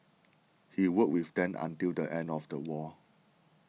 he worked with them until the end of the war